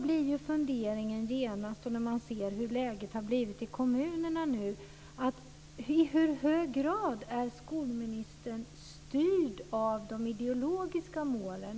När jag ser hur läget nu har blivit i kommunerna undrar jag i hur hög grad skolministern är styrd av de ideologiska målen.